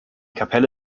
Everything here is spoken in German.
kapelle